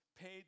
paid